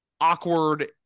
awkward